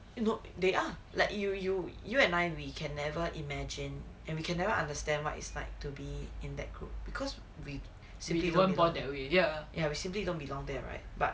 know they are like you you you and I we can never imagine and we can never understand what it's like to be in that group because we simply ya ya we simply we simply don't belong there right but